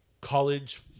college